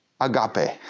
agape